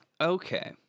Okay